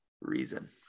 Reason